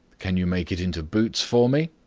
can you make it into boots for me?